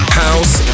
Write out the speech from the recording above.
house